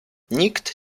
nikt